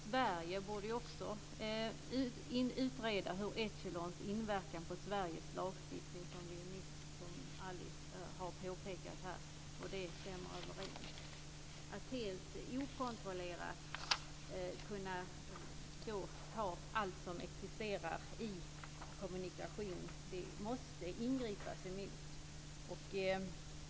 Sverige borde också utreda Echelons inverkan på svensk lagstiftning, som Alice Åström nyss pekat på, och hur det är med överensstämmelsen. Att helt okontrollerat kunna ta allt som existerar i kommunikation måste det ingripas mot.